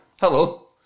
Hello